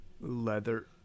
leather